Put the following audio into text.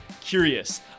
curious